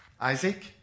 Isaac